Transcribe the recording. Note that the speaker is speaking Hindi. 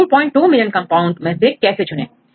इन 22 मिलियन कंपाउंड्स में से कैसे चुने